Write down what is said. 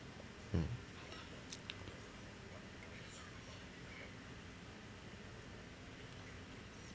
mm